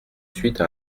suite